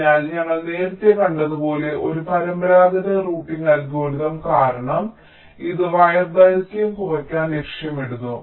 അതിനാൽ ഞങ്ങൾ നേരത്തെ കണ്ടതുപോലെ ഒരു പരമ്പരാഗത റൂട്ടിംഗ് അൽഗോരിതം കാരണം ഇത് വയർ ദൈർഘ്യം കുറയ്ക്കാൻ ലക്ഷ്യമിടുന്നു